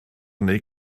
neu